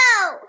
No